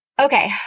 Okay